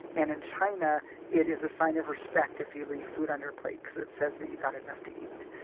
and in china, it is a sign of respect if you leave food on your plate because it says that you got enough to eat.